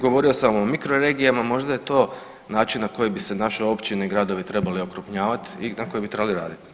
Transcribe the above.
Govorio sam o mikroregijama možda je to način na koji bi se naše općine i gradovi trebali okrupnjavat i na koji bi trebali [[Upadica: Vrijeme, hvala.]] raditi.